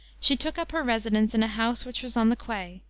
she took up her residence in a house which was on the quay,